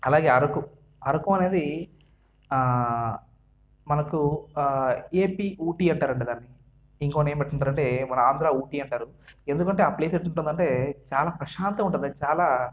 అలాగే అరకు అరకు అనేది మనకు ఏపీ ఊటీ అంటారు అండి దాన్ని ఇంకో నేమ్ ఏంటటారంటే మన ఆంధ్ర ఊటీ అంటారు ఎందుకంటే ఆ ప్లేస్ ఎట్లుంటదంటే చాలా ప్రశాంతంగా ఉంటుంది చాలా